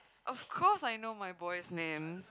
of course I know my boys names